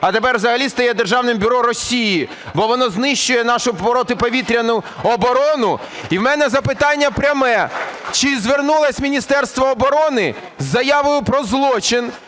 а тепер взагалі стає "державним бюро Росії", бо воно знищує нашу протиповітряну оборону. І в мене запитання пряме. Чи звернулось Міністерство оборони з заявою про злочин,